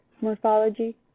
morphology